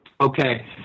Okay